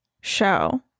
show